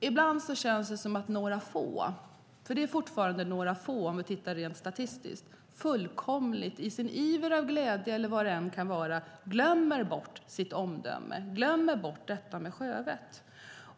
Ibland känns det som om några få, för det handlar fortfarande endast om några få om vi tittar på det rent statistiskt, i sin iver och glädje, eller vad det nu kan vara, tappar sitt omdöme och glömmer bort detta med sjövett.